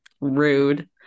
Rude